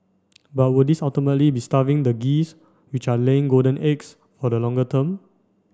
but would this ultimately be starving the geese which are laying golden eggs for the longer term